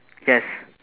yes